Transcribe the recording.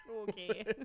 Okay